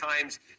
times